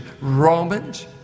Romans